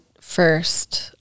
first